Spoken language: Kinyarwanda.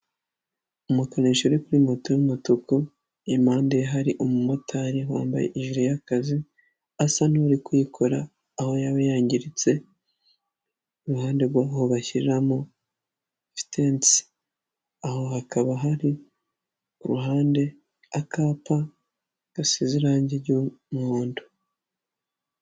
Umukanishi uri kuri moto y'umutuku, impande hari umumotari wambaye ijire y'akazi, asa n'uri kuyikora aho yaba yangiritse iruhande rw'aho bashyiramo vitensi. Ku ruhande hakaba hari akapa gasize irangi ry'umuhondo.